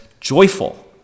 joyful